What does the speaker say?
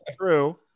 true